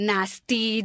Nasty